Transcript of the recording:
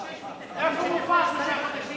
אתה חושש מתקדים מלפני עשרה חודשים?